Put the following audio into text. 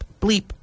bleep